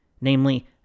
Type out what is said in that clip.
Namely